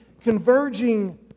converging